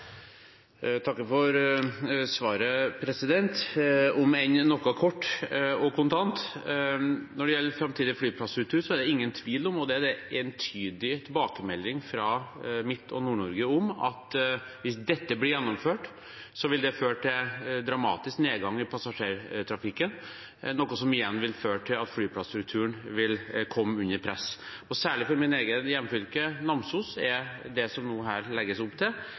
takker for svaret – om enn noe kort og kontant. Når det gjelder framtidig flyplasstruktur, er det ingen tvil om – og det er det en entydig tilbakemelding fra Midt- og Nord-Norge om – at hvis dette blir gjennomført, vil det føre til en dramatisk nedgang i passasjertrafikken, noe som igjen vil føre til at flyplasstrukturen vil komme under press. Særlig for mitt eget hjemfylke, Nord-Trøndelag, er det som det nå legges opp til,